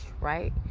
right